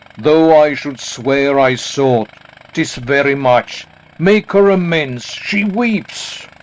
though i should swear i saw't tis very much make her amends she weeps.